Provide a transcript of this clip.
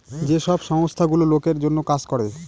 যে সব সংস্থা গুলো লোকের জন্য কাজ করে